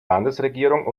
landesregierung